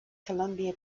colombia